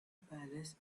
palace